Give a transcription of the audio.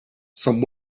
some